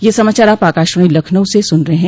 ब्रे क यह समाचार आप आकाशवाणी लखनऊ से सुन रहे हैं